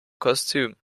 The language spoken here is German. kostüm